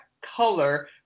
color